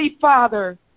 Father